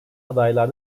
adaylar